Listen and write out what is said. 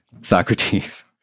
Socrates